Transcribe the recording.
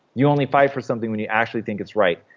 you only fight for something when you actually think it's right.